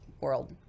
world